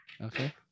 Okay